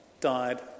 died